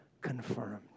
confirmed